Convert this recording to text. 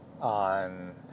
on